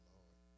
Lord